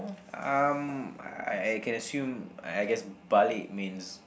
um I I can assume I guess balik means